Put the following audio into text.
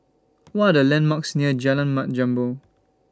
What Are The landmarks near Jalan Mat Jambol